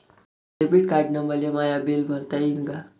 Debit कार्डानं मले माय बिल भरता येईन का?